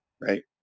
Right